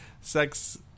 sex